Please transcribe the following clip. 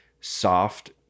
soft